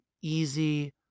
easy